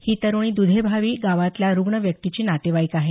ही तरुणी दुधेभावी गावातल्या रुग्ण व्यक्तीची नातेवाईक आहे